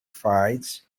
fights